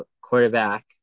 quarterback